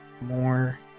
more